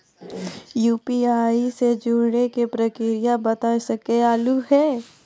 UPI से जुड़े के प्रक्रिया बता सके आलू है?